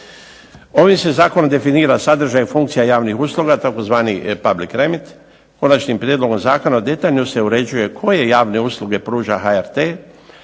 Ovim se zakonom definira sadržaj i funkcija javnih usluga, tzv. public …/Ne razumije se./…, konačnim prijedlogom zakona detaljno se uređuje koje javne usluge pruža HRT,